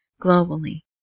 globally